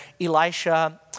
Elisha